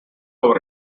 over